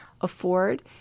afford